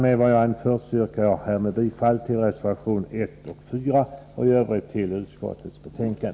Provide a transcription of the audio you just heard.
Med vad jag nu anfört yrkar jag bifall till reservationerna 1 och 4 och i övrigt till utskottets hemställan.